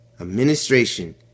administration